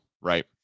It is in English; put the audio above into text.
right